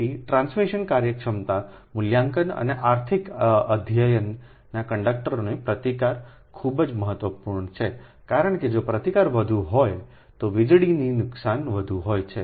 તેથી ટ્રાન્સમિશન કાર્યક્ષમતા મૂલ્યાંકન અને આર્થિક અધ્યયનમાં કંડક્ટરનો પ્રતિકાર ખૂબ જ મહત્વપૂર્ણ છે કારણ કે જો પ્રતિકાર વધુ હોય તો વીજળીનું નુકસાન વધુ થાય છે